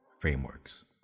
frameworks